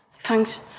thanks